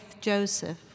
Joseph